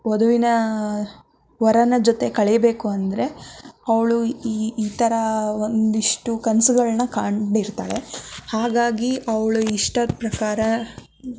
ವಧುವಿನ ವರನ ಜೊತೆ ಕಳೆಯಬೇಕು ಅಂದರೆ ಅವಳು ಈ ಥರ ಒಂದಿಷ್ಟು ಕನ್ಸುಗಳನ್ನ ಕಂಡಿರ್ತಾಳೆ ಹಾಗಾಗಿ ಅವಳ ಇಷ್ಟದ ಪ್ರಕಾರ